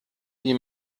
wie